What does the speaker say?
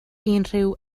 unrhyw